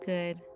good